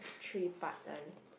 three part one